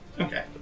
Okay